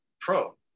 Pro